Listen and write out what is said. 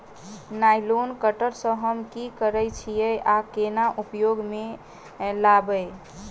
Nylon cutter सँ हम की करै छीयै आ केना उपयोग म लाबबै?